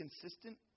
consistent